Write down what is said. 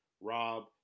Rob